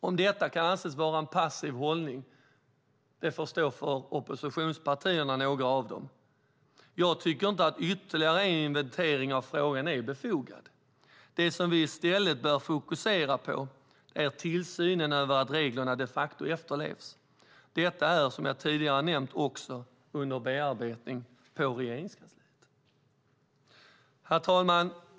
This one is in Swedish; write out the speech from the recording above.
Om detta kan anses vara en passiv hållning får det stå för några av oppositionspartierna. Jag tycker inte att ytterligare en inventering av frågan är befogad. Det som vi i stället bör fokusera på är tillsynen över att reglerna de facto efterlevs. Detta är som jag tidigare nämnt också under beredning på Regeringskansliet. Herr talman!